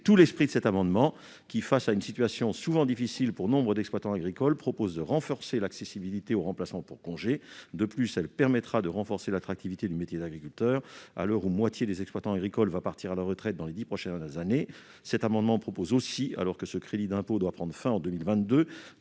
tout l'esprit de cet amendement, qui, face à une situation souvent difficile pour nombre d'exploitants agricoles, vise à renforcer l'accessibilité au remplacement pour congé. Son adoption permettra en outre de renforcer l'attractivité du métier d'agriculteur, à l'heure où la moitié des exploitants agricoles partira à la retraite dans les dix prochaines années. Il tend également, alors que ce crédit d'impôt doit prendre fin en 2022,